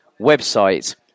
website